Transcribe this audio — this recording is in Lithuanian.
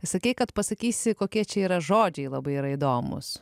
sakei kad pasakysi kokie čia yra žodžiai labai yra įdomūs